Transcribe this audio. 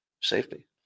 safety